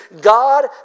God